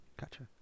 Gotcha